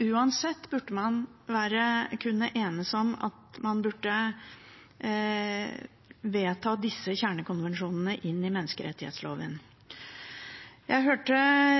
Uansett burde man kunne enes om at man burde vedta å få disse kjernekonvensjonene inn i menneskerettsloven. Jeg hørte